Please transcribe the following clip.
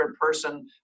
person